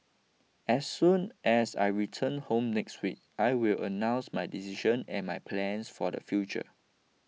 as soon as I return home next week I will announce my decision and my plans for the future